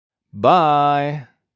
Bye